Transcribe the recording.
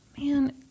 Man